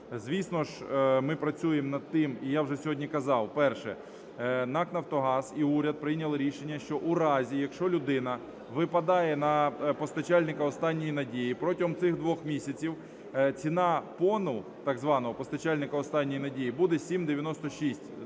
Звісно ж, ми працюємо над тим, і я вже сьогодні казав, перше: НАК "Нафтогаз" і уряд прийняли рішення, що у разі, якщо людина випадає на постачальника "останньої надії", протягом цих двох місяців ціна ПОН, так званого постачальника "останньої надії", буде 7,96